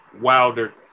wilder